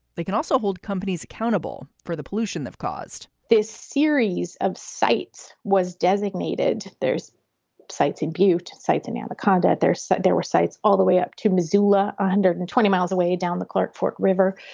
they can also hold companies accountable for the pollution they've caused this series of sites was designated. there's sites and buit sites and other conduct there. so there were sites all the way up to missoula, a hundred and twenty miles away down the clark fork river.